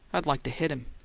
i'd like to hit him.